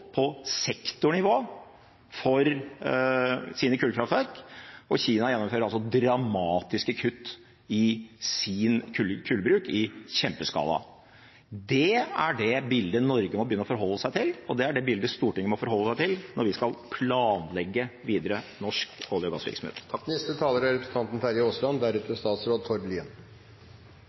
på sektornivå for sine kullkraftverk, og Kina gjennomfører dramatiske kutt i sin kullbruk, kutt i kjempeskala. Det er det bildet Norge må begynne å forholde seg til, og det er det bildet Stortinget må forholde seg til når vi skal planlegge videre norsk olje- og gassvirksomhet. Dette er